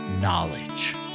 knowledge